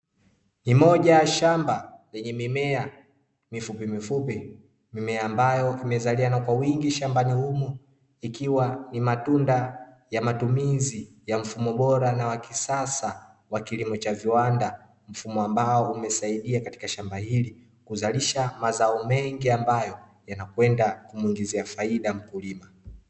Ni moja shamba lenye mimea mifupimifupi, mimea ambayo vimezaliana kwa wingi shambani humo, ikiwa ni matunda ya matumizi ya mfumo bora na wa kisasa wa kilimo cha viwanda. Mfumo ambao umesaidia katika shamba hili, kuzalisha mazao mengi ambayo yanakwenda kumwingizia faida mkulima.